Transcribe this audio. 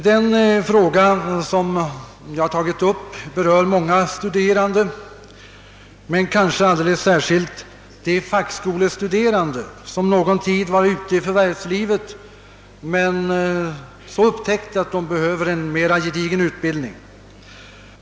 Det spörsmål som jag tagit upp berör många studerande men kanske alldeles särskilt de fackskolestuderande som någon tid varit ute i förvärvslivet men upptäcker att de behöver en mera gedigen utbildning.